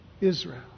Israel